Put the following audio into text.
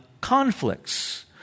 conflicts